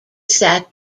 sat